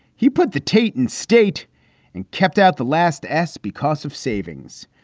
he put the tape in state and kept out the last s because of savings,